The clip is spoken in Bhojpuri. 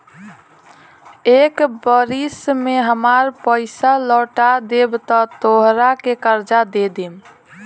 एक बरिस में हामार पइसा लौटा देबऽ त तोहरा के कर्जा दे देम